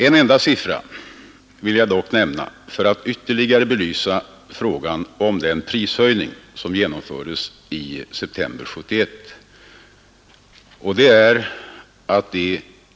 En enda siffra vill jag dock nämna för att ytterligare belysa frågan om den prishöjning som genomfördes i september 1971.